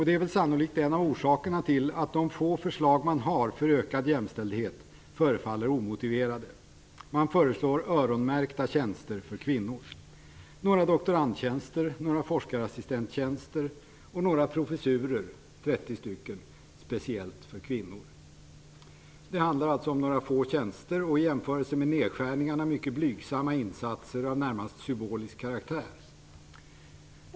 Det är väl sannolikt en av orsakerna till att de få förslag man har för ökad jämställdhet förefallet omotiverade. Man föreslår öronmärkta tjänster för kvinnor - några doktorandtjänster, några forskarassistenttjänster och några professurer, 30 stycken, speciellt för kvinnor. Det handlar om några få tjänster och i jämförelse med nedskärningarna mycket blygsamma insatser av närmast symbolisk karaktär.